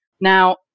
Now